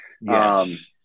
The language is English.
Yes